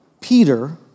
Peter